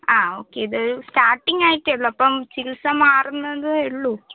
ആ ഓക്കെ ഇത് സ്റ്റാർട്ടിങ് ആയിട്ടേ ഉള്ളൂ അപ്പോൾ ചികിൽസ മാറുന്നതേ ഉള്ളൂ